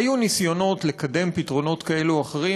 היו ניסיונות לקדם פתרונות כאלה או אחרים.